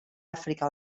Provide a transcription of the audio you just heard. áfrica